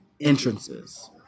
entrances